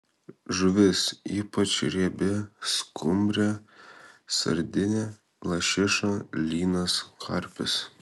žuvis ypač riebi skumbrė sardinė lašiša lynas karpis